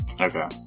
Okay